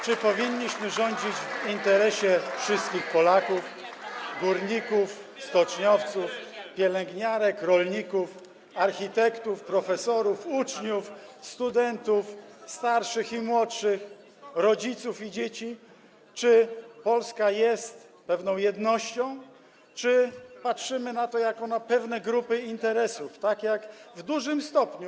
Czy powinniśmy rządzić w interesie wszystkich Polaków - górników, stoczniowców, pielęgniarek, rolników, architektów, profesorów, uczniów, studentów, starszych i młodszych, rodziców i dzieci - czy Polska jest jednością, czy patrzymy na to, dostrzegając pewne grupy interesów, tak jak w dużym stopniu.